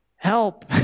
help